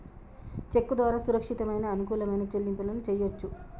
చెక్కు ద్వారా సురక్షితమైన, అనుకూలమైన చెల్లింపులను చెయ్యొచ్చు